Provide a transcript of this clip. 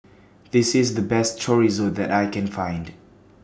This IS The Best Chorizo that I Can Find